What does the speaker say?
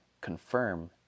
confirm